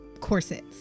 corsets